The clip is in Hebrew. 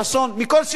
מכל סיעות הבית.